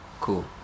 Cool